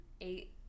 eight